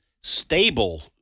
stable